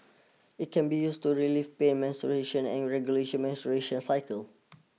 it can be used to relieve pain menstruation and regulate menstruation cycle